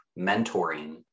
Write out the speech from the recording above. mentoring